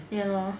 ya lor